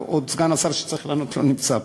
סגן השר שצריך לענות עוד לא נמצא פה.